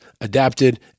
adapted